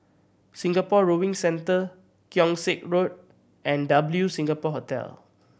Singapore Rowing Centre Keong Saik Road and W Singapore Hotel